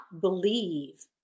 believe